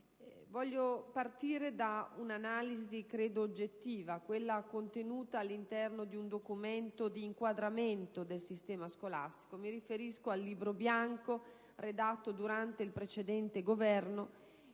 Voglio partire da un'analisi, credo oggettiva, contenuta all'interno di un documento di inquadramento del sistema scolastico: mi riferisco al Libro bianco redatto durante il precedente Governo